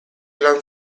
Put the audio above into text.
lan